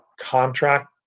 contract